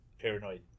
paranoid